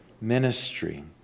ministry